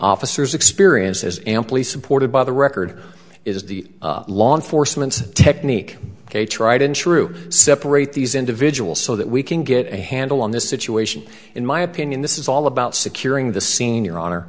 officers experience is amply supported by the record is the law enforcement technique ok tried and true separate these individuals so that we can get a handle on this situation in my opinion this is all about securing the scen